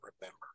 remember